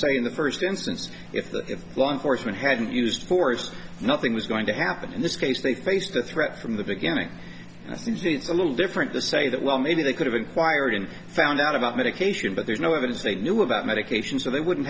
say in the first instance if that if law enforcement hadn't used force nothing was going to happen in this case they faced the threat from the beginning and i think it's a little different to say that well maybe they could have inquired and found out about medication but there's no evidence they knew about medications so they wouldn't